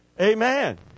Amen